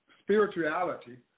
spirituality